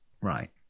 Right